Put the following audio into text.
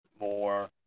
more